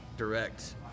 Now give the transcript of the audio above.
direct